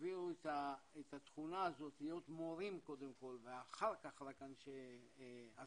הביאו את התכונה הזאת להיות מורים קודם כל ואחר כך רק אנשי עסקים,